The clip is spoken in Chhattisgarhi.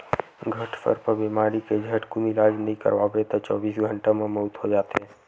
घटसर्प बेमारी के झटकुन इलाज नइ करवाबे त चौबीस घंटा म मउत हो जाथे